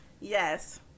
Yes